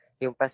yung